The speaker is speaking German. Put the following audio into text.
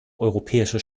europäische